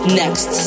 next